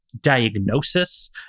diagnosis